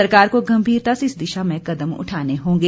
सरकार को गंभीरता से इस दिशा में कदम उठाने होंगे